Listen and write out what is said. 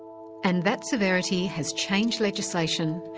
and that severity has changed legislation,